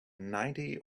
ninety